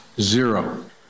Zero